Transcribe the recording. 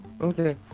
Okay